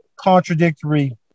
contradictory